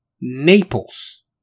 Naples